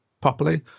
properly